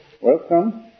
welcome